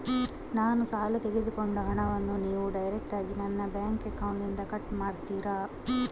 ನಾನು ಸಾಲ ತೆಗೆದುಕೊಂಡ ಹಣವನ್ನು ನೀವು ಡೈರೆಕ್ಟಾಗಿ ನನ್ನ ಬ್ಯಾಂಕ್ ಅಕೌಂಟ್ ಇಂದ ಕಟ್ ಮಾಡ್ತೀರಾ?